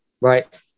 right